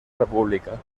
república